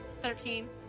Thirteen